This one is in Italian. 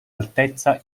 altezza